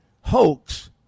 hoax